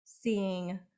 seeing